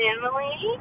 Emily